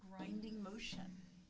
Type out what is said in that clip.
grinding motion